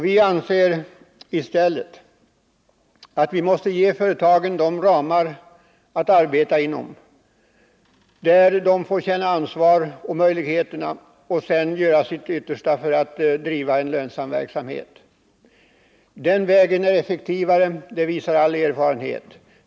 Vi anser i stället att företagen måste ges ramar att arbeta inom där företagsledningen får känna ansvar, ta vara på möjligheterna och göra sitt yttersta för att driva en lönsam verksamhet. Den vägen är effektivare — det visar all erfarenhet.